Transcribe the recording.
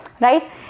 right